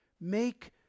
Make